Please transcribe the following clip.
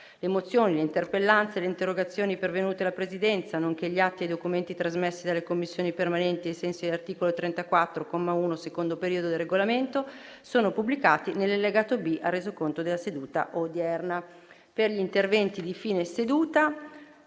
Le mozioni, le interpellanze e le interrogazioni pervenute alla Presidenza, nonché gli atti e i documenti trasmessi alle Commissioni permanenti ai sensi dell’articolo 34, comma 1, secondo periodo, del Regolamento sono pubblicati nell’allegato B al Resoconto della seduta odierna.